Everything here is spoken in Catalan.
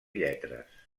lletres